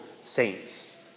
saints